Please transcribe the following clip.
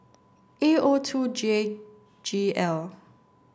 A O two J G L